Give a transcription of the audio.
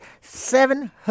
seven